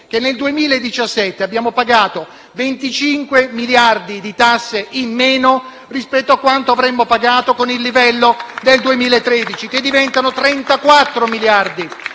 che, nel 2017, abbiamo pagato 25 miliardi di tasse in meno rispetto a quanto avremmo pagato con il livello del 2013 *(Applausi